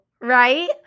right